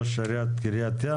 ראש עיריית קריית ים.